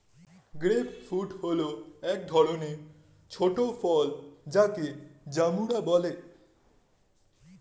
grape fruit হল এক ধরনের ছোট ফল যাকে জাম্বুরা বলে